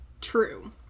True